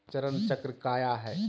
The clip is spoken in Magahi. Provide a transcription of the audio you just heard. चरण चक्र काया है?